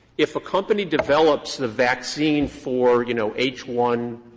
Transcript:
if a company develops the vaccine for, you know, h one